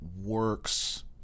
works